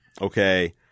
okay